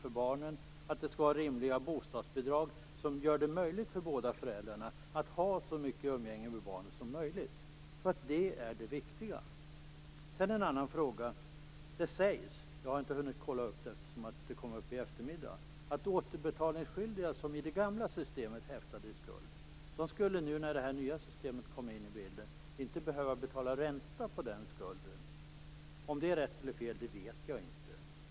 Bostadsbidragen skall vara rimliga, vilket gör det möjligt för båda föräldrarna att ha så mycket umgänge med barnen som möjligt. Jag tror att det är det viktiga. Så till en annan fråga: Det sägs - jag har inte hunnit kolla det eftersom det kom upp nu på eftermiddagen - att återbetalningsskyldiga som i det gamla systemet häftade i skuld inte, när det nya systemet kom in i bilden, skulle behöva betala ränta på skulden. Om det är rätt eller fel vet jag inte.